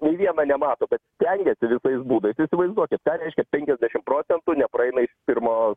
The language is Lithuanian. nei viena nemato bet stengiasi visais būdais įsivaizduokit ką reiškia penkiasdešim procentų nepraeina is pirmo